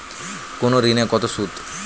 কোন ঋণে কত সুদ?